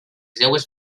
seues